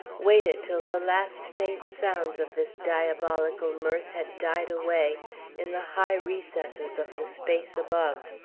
waited till the last faint sounds of this diabolical mirth had died away in the high recesses of the space above.